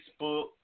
Facebook